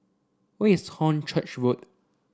where is Hornchurch Road